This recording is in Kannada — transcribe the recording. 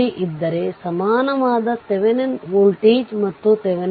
ಇಲ್ಲಿ ನೀವು ನೋಡಿದರೆ ಅವಲಂಬಿತ ವೋಲ್ಟೇಜ್ ಮೂಲ ಕಾಣುತ್ತದೆ